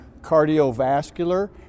cardiovascular